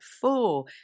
four